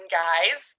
guys